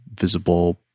visible